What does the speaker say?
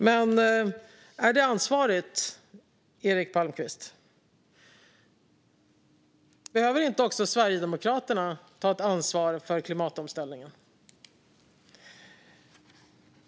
Men är det ansvarigt, Eric Palmqvist? Behöver inte också Sverigedemokraterna ta ett ansvar för klimatomställningen?